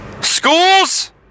Schools